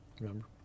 Remember